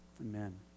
Amen